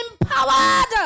empowered